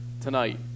tonight